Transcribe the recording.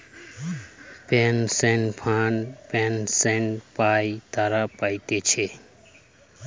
pension fund pension পাই তারা পাতিছে